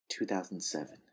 2007